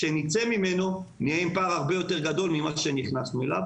כשנצא ממנו נהיה עם פער הרבה יותר גדול ממה שנכנסנו אליו.